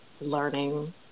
learning